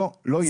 לא, לא יהיה.